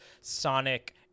Sonic